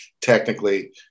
technically